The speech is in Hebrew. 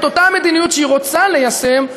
את אותה מדיניות שהיא רוצה ליישם,